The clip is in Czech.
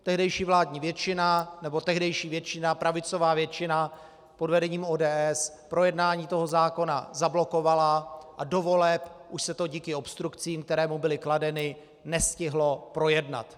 Tehdejší vládní většina, nebo tehdejší pravicová většina pod vedením ODS projednání toho zákona zablokovala a do voleb už se to díky obstrukcím, které mu byly kladeny, nestihlo projednat.